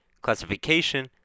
classification